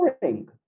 boring